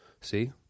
See